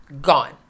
Gone